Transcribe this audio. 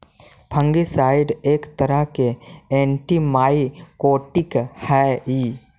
fungicide एक तरह के एंटिमाइकोटिक हई